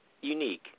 unique